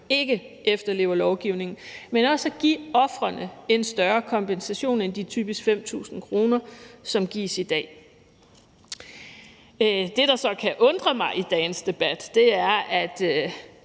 ikke efterlever lovgivningen, men også at give ofrene en større kompensation end de typisk 5.000 kr., som gives i dag. Det, der så kan undre mig i dagens debat, er, at